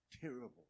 terrible